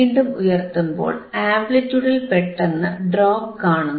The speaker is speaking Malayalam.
വീണ്ടും ഉയർത്തുമ്പോൾ ആംപ്ലിറ്റിയൂഡിൽ പെട്ടെന്നു ഡ്രോപ് കാണുന്നു